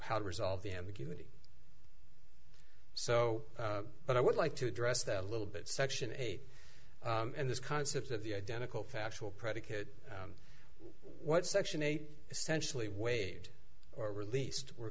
how to resolve the ambiguity so but i would like to address that a little bit section eight and this concept of the identical factual predicate what section eight essentially waived or released were